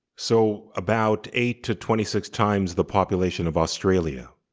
so about eight to twenty six times the population of australia.